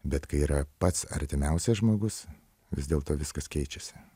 bet kai yra pats artimiausias žmogus vis dėlto viskas keičiasi